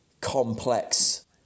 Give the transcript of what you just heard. complex